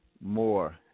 more